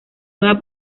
nueva